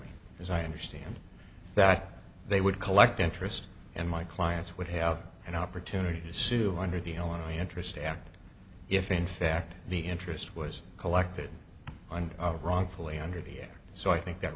me as i understand that they would collect interest and my clients would have an opportunity to sue under the on interest act if in fact the interest was collected and wrongfully under here so i think that